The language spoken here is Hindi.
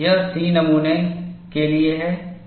यह C नमूना के लिए है